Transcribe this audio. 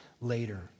later